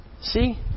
See